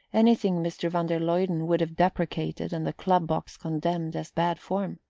anything mr. van der luyden would have deprecated and the club box condemned as bad form.